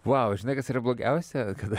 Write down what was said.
vau žinai kas yra blogiausia kad